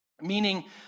Meaning